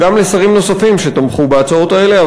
וגם לשרים נוספים שתמכו בהצעות האלה.